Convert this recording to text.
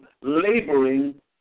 laboring